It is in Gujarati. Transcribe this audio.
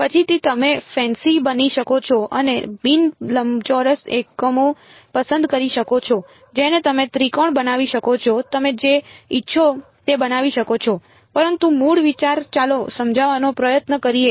પછીથી તમે ફેન્સી બની શકો છો અને બિન લંબચોરસ એકમો પસંદ કરી શકો છો જેને તમે ત્રિકોણ બનાવી શકો છો તમે જે ઇચ્છો તે બનાવી શકો છો પરંતુ મૂળ વિચાર ચાલો સમજવાનો પ્રયત્ન કરીએ